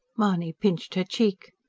mahony pinched her cheek.